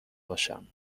باشم